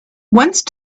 once